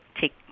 take